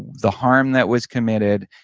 the harm that was committed,